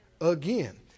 again